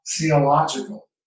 theological